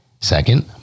Second